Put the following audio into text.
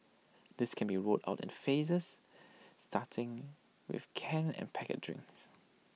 this can be rolled out in phases starting with canned and packet drinks